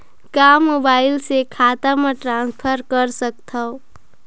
का मोबाइल से खाता म ट्रान्सफर कर सकथव?